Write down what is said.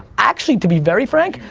actually to be very frank.